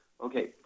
Okay